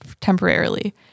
temporarily